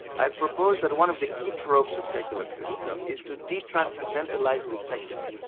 i have proposed that one of the key tropes of secular criticism is to de-transcendentalise the secular,